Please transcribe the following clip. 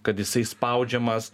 kad jisai spaudžiamas